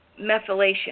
methylation